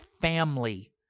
family